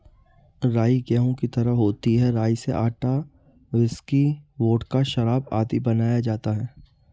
राई गेहूं की तरह होती है राई से आटा, व्हिस्की, वोडका, शराब आदि बनाया जाता है